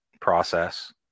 process